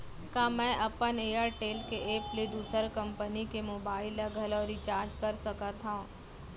का मैं अपन एयरटेल के एप ले दूसर कंपनी के मोबाइल ला घलव रिचार्ज कर सकत हव?